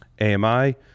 AMI